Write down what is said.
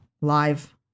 Live